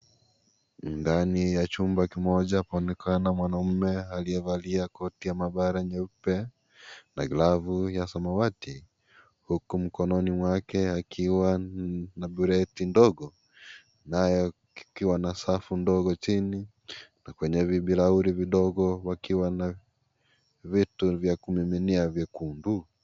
Ndani ya chumba kidogo paonekana mwanaume aliyevalia koti ya mabara nyeupe na glavu ya samawati huku mkononi mwake akiwa na buleti ndogo nayo kukiwa na safu ndogo chini na kwenye vibirauri vidigo wakiwa na vitu vya kumiminia vyekundu